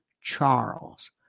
Charles